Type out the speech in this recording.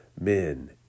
men